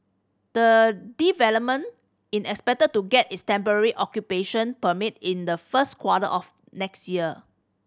the development in expected to get its temporary occupation permit in the first quarter of next year